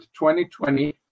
2020